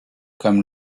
comme